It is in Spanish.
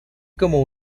como